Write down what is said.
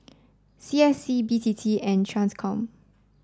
C S C B T T and TRANSCOM